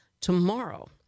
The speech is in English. tomorrow